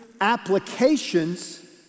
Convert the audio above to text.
applications